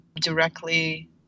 directly